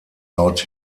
laut